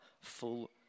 full